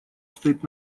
стоит